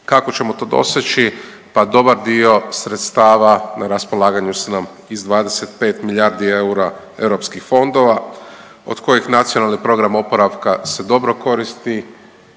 Kako ćemo to doseći? Pa dobar dio sredstava na raspolaganju su nam iz 25 milijardi eura europskih fondova, od kojih Nacionalni program oporavka se dobro koristi.